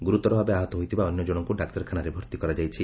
ଗୁରୁତର ଭାବେ ଆହତ ହୋଇଥିବା ଅନ୍ୟଜଶଙ୍କୁ ଡାକ୍ତରଖାନାରେ ଭର୍ତ୍ତି କରାଯାଇଛି